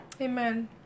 Amen